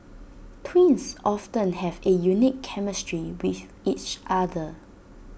twins often have A unique chemistry with each other